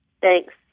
thanks